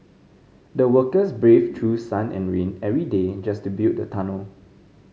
the workers braved through sun and rain every day just to build the tunnel